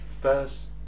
first